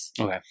okay